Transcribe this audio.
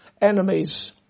enemies